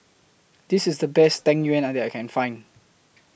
This IS The Best Tang Yuen that I Can Find